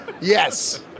Yes